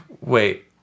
Wait